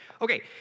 Okay